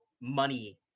money